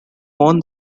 won